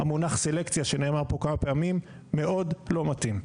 המונח סלקציה שנאמר פה כמה פעמים מאוד לא מתאים.